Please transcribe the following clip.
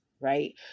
right